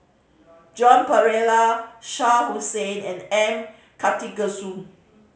Joan Pereira Shah Hussain and M Karthigesu